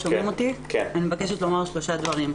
אני מבקשת לומר שלושה דברים.